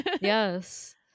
yes